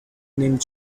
named